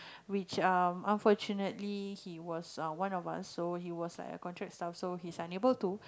which um unfortunately he was um one of us so he was like a contract staff so he's unable to